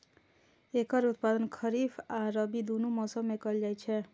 एकर उत्पादन खरीफ आ रबी, दुनू मौसम मे कैल जाइ छै